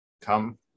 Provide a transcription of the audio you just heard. come